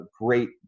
great